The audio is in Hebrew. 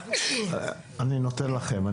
אני נותן לכם.